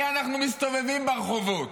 הרי אנחנו מסתובבים ברחובות,